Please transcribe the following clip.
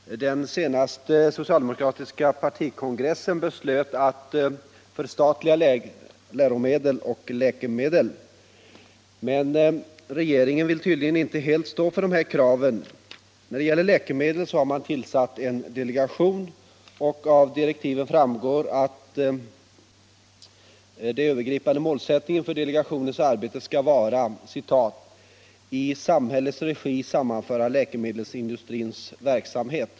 Herr talman! Den senaste socialdemokratiska partikongressen beslöt att förstatliga läromedel och läkemedel, men regeringen vill tydligen inte uppfylla dessa krav. När det gäller läkemedlen har man tillsatt en delegation, och enligt direktiven för denna är den övergripande målsättningen för delegationens arbete att ”i samhällets regi sammanföra läkemedelsindustrins verksamhet”.